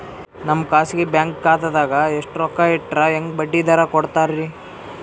ನಮ್ಮ ಖಾಸಗಿ ಬ್ಯಾಂಕ್ ಖಾತಾದಾಗ ಎಷ್ಟ ರೊಕ್ಕ ಇಟ್ಟರ ಹೆಂಗ ಬಡ್ಡಿ ದರ ಕೂಡತಾರಿ?